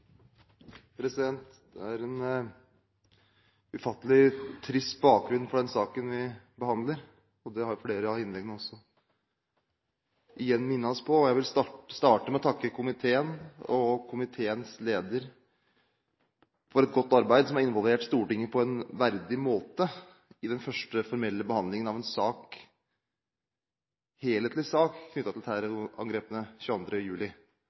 krisesituasjoner. Det er en ufattelig trist bakgrunn for den saken vi behandler, og det har flere av innleggene også igjen minnet oss om. Jeg vil starte med å takke komiteen og komiteens leder for et godt arbeid, som har involvert Stortinget på en verdig måte i den første formelle behandlingen av en helhetlig sak knyttet til terrorangrepene 22. juli.